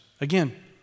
Again